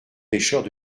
pécheurs